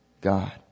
God